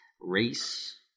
race